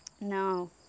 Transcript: No